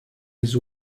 his